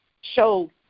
show